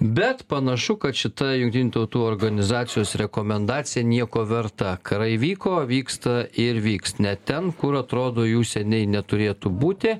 bet panašu kad šita jungtinių tautų organizacijos rekomendacija nieko verta karai vyko vyksta ir vyks net ten kur atrodo jų seniai neturėtų būti